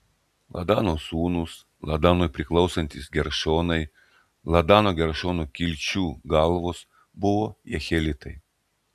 ladano sūnūs ladanui priklausantys geršonai ladano geršono kilčių galvos buvo jehielitai